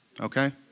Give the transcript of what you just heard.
Okay